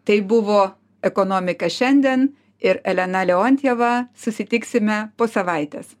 tai buvo ekonomika šiandien ir elena leontjeva susitiksime po savaitės